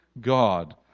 God